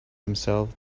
himself